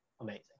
amazing